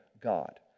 God